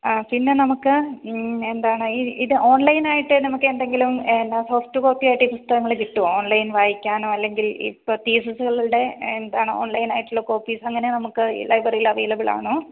ആ പിന്നെ നമുക്ക് എന്താണ് ഈ ഇത് ഓൺലൈനായിട്ട് നമുക്ക് എന്തെങ്കിലും എന്നാ ഫസ്റ്റ് കോപ്യായിട്ട് പുസ്തകങ്ങൾ കിട്ടുമോ ഓൺലൈൻ വായിക്കാനോ അല്ലെങ്കിൽ ഈ പീസസ്കളുടെ എന്താണ് ഓൺലൈനായിട്ടുള്ള കോപ്പീസങ്ങനെ നമുക്ക് ലൈബ്രറിയിൽ അവൈലബ്ലാണോ